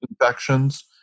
infections